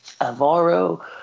Avaro